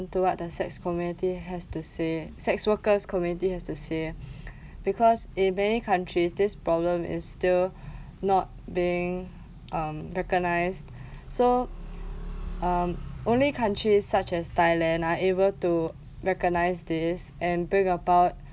to what the sex community has to say sex workers community has to say because in many countries this problem is still not being um recognised so um only countries such as thailand are able to recognise this and bring about